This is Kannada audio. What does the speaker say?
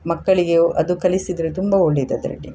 ಮಕ್ಕಳಿಗೆ ಅದು ಕಲಿಸಿದರೆ ತುಂಬ ಒಳ್ಳೇದು